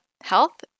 health